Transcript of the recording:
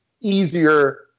easier